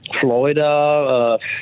Florida